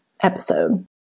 episode